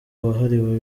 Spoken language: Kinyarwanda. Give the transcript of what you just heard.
wahariwe